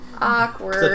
Awkward